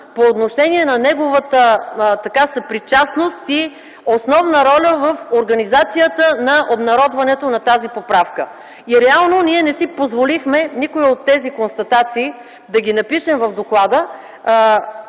по отношение на неговата съпричастност и основна роля в организацията на обнародването на тази поправка. Реално ние не си позволихме да напишем в доклада